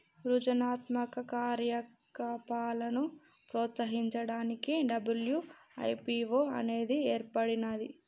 సృజనాత్మక కార్యకలాపాలను ప్రోత్సహించడానికి డబ్ల్యూ.ఐ.పీ.వో అనేది ఏర్పడినాది